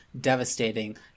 devastating